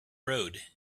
road